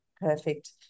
perfect